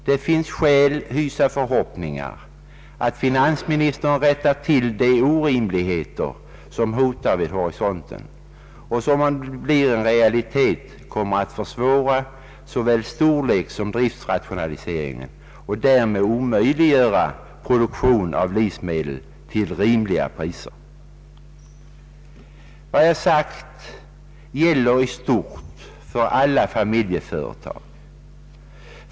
Det finns skäl hysa förhoppningar om att finansministern eliminerar de orimligheter som hotar vid horisonten och som, om de blir en realitet, kommer att försvåra såväl storlekssom driftsrationalisering och därmed omöjliggöra produktion av livsmedel till rimliga priser. Vad jag sagt gäller i stort för alla familjeföretag.